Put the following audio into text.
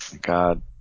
God